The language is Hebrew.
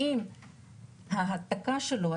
האם ההעתקה שלו,